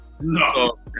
No